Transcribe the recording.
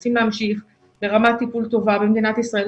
רוצים להמשיך ברמת טיפול טובה במדינת ישראל,